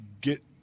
get